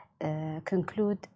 conclude